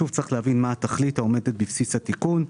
צריך להבין מה התכלית העומדת בבסיס התיקון.